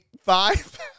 five